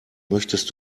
möchtest